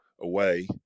away